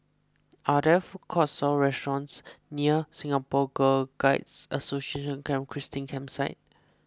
are there food courts or restaurants near Singapore Girl Guides Association Camp Christine Campsite